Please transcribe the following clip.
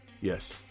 Yes